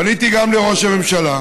פניתי גם לראש הממשלה.